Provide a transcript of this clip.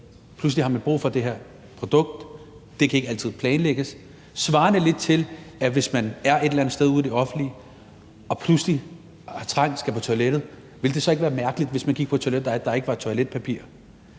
pludselig har man brug for det her produkt. Det kan ikke altid planlægges, svarende lidt til, at hvis man er et eller andet sted ude i det offentlige og pludselig har trang, skal på toilettet, ville det så ikke være mærkeligt, hvis man gik på et toilet, hvor der ikke var toiletpapir?